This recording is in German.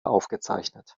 aufgezeichnet